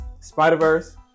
Spider-Verse